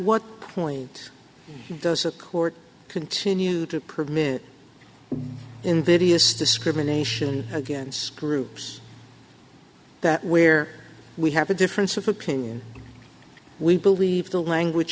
point does a court continue to permit invidious discrimination against groups that where we have a difference of opinion we believe the language